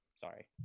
Sorry